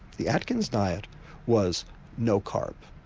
the atkins diet was no-carb,